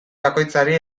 bakoitzari